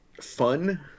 fun –